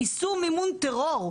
איסור מימון טרור,